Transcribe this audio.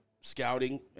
scouting